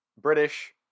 british